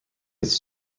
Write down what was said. its